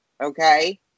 Okay